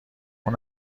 اون